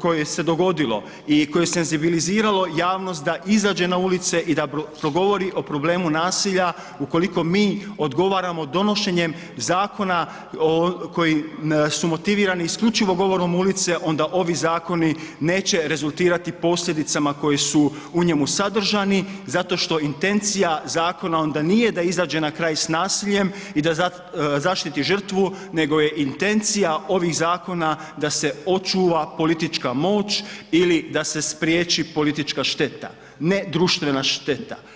koje se dogodilo i koje je senzibiliziralo javnost da izađe na ulice i da progovori o problemu nasilja ukoliko mi odgovaramo donošenjem zakona koji su motivirani isključivo govorom ulice onda ovi zakoni neće rezultirati posljedicama koje su u njemu sadržani zato što intencija zakona onda nije da izađe na kraj s nasiljem i da zaštiti žrtvu nego je intencija ovih zakona da se očuva politička moć ili da se spriječi politička šteta, ne društvena šteta.